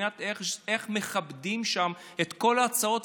מבחינת איך מכבדים שם את כל ההצעות,